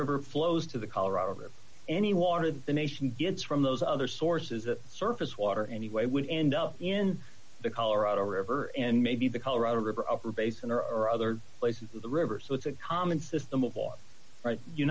river flows to the colorado river any water that the nation gets from those other sources that the surface water anyway would end up in the colorado river and maybe the colorado river up or basin or other places of the river so it's a common system of all right